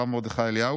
הרב מרדכי אליהו.